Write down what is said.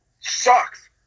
sucks